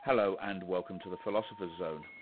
hello and welcome to the philosopher's zone,